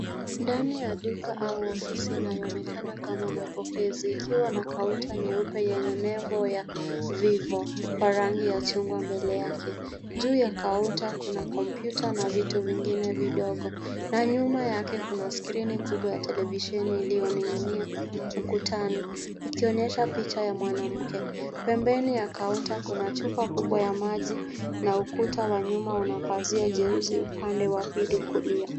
Ndani ya duka au ofisi inayoonekana kama mapokezi ikiwa na kaunta nyeupe yenye nembo ya Vivo kwa rangi ya chungwa mbele yake. Juu ya kaunta kuna kompyuta na vitu vingine vidogo na nyuma yake kuna skrini kubwa ya televisheni iliyoning'inia ukutani ikionyesha picha ya mwanamke. Pembeni ya kaunta kuna chupa kubwa ya maji na ukuta wa nyuma una pazia jeusi upande wa pili kulia.